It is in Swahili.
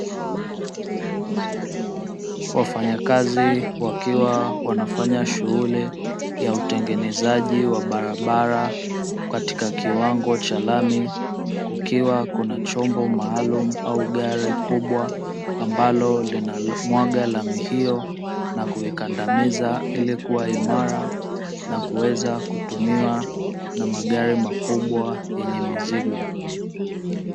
Wafanyakazi wakiwa wanafanya shughuli ya utengenezaji wa barabara, katika kiwango cha lami kukiwa kuna chombo maalumu au gari kubwa ambalo linalomwaga lami hiyo na kuikandamiza ili kuwa imara, na kuweza kutumiwa na magari makubwa yenye mizigo.